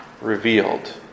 revealed